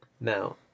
Now